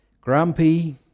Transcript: grumpy